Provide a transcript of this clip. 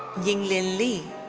yinglin li.